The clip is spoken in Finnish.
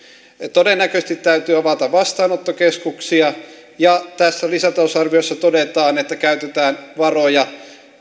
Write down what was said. todennäköisesti täytyy avata vastaanottokeskuksia ja tässä lisätalousarviossa todetaan että käytetään varoja